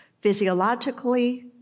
physiologically